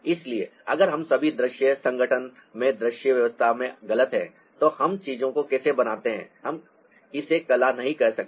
इसलिए अगर हम सभी दृश्य संगठन में दृश्य व्यवस्था में गलत हैं तो हम चीजों को कैसे बनाते हैं हम इसे कला नहीं कह सकते